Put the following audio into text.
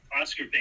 Oscar